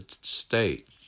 state